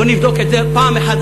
בוא נבדוק את זה פעם אחת,